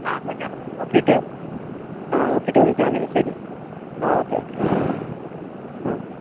ആ അപ്പോള് ഞാന് വന്നുനോക്കിയിട്ട് ആ നോക്കിയിട്ട് വിളിച്ചാല് മതി ശരി ആ ഓക്കെ ഓക്കെ ആ